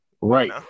Right